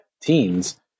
teens